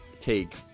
take